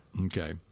Okay